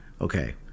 Okay